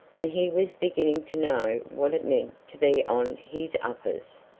and he was beginning to know what it meant to be on his uppers.